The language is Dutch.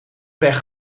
pech